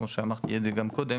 כמו שאמרתי את זה גם קודם,